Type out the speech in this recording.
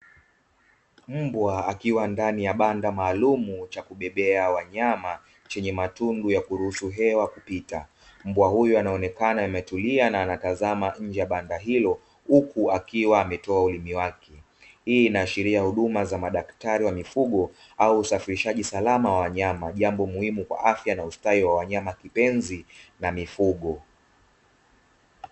Mbwa akiwa ndani ya banda maalum cha kubebea wanyama chenye matundu ya kuruhusu hewa kupita. Mbwa huyu anaonekana ametulia na anatazama nje ya banda hilo, huku akiwa ametoa ulimi wake. Hii inaashiria huduma za madaktari wa mifugo au usafirishaji salama wa wanyama, jambo muhimu kwa afya na ustawi wa wanyama kipenzi na mifugo.